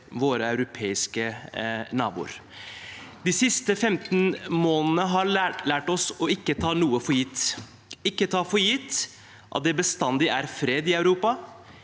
våre europeiske naboer. De siste 15 månedene har lært oss ikke å ta noe for gitt – ikke ta for gitt at det bestandig er fred i Europa,